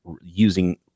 using